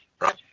right